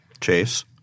Chase